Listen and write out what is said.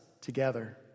together